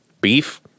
Beef